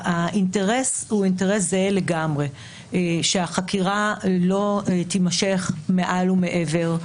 האינטרס הוא אינטרס זהה לגמרי: שהחקירה לא תימשך מעל ומעבר.